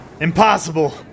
impossible